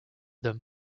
them